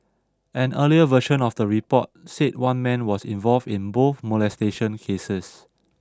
an earlier version of the report said one man was involved in both molestation cases